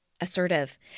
assertive